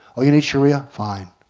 oh you need sharia? fine.